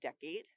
decade